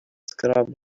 scrub